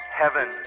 heaven